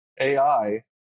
AI